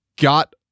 got